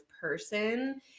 person